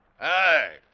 Hey